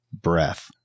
breath